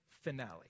finale